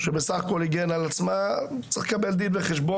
שולחים לה מכתב, גברת בשם שמרית